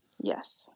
yes